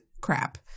crap